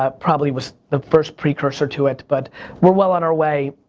ah probably was the first precursor to it, but we're well on our way,